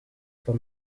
for